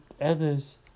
others